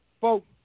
Folks